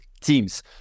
teams